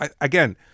Again